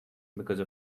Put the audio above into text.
because